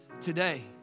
today